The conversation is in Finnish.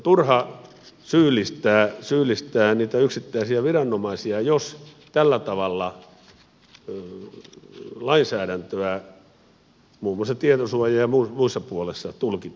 on turha syyllistää niitä yksittäisiä viranomaisia jos tällä tavalla lainsäädäntöä muun muassa tietosuoja ja muussa puolessa tulkitaan